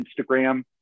Instagram